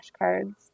flashcards